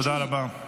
תודה רבה.